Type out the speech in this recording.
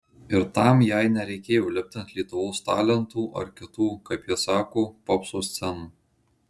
ir tam jai nereikėjo lipti ant lietuvos talentų ar kitų kaip ji sako popso scenų